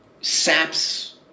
saps